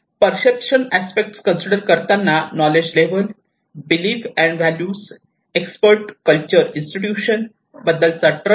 perception aspect consider करताना knowledge level belief and value expert culture institution Expert's cultural institutions बद्दलचा trust